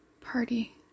party